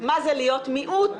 מה זה להיות מיעוט.